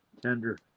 Tender